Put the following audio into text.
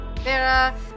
Vera